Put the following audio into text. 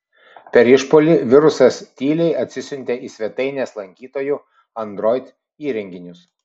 per išpuolį virusas tyliai atsisiuntė į svetainės lankytojų android įrenginius